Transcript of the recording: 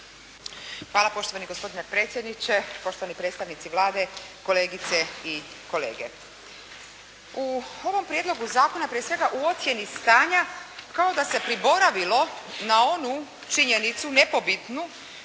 Hvala poštovani gospodine predsjedniče, poštovani predstavnici Vlade, kolegice i kolege. U ovom prijedlogu zakona, prije svega u ocjeni stanja kao da se priboravilo na onu činjenicu nepobitnu